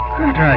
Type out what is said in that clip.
right